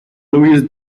louis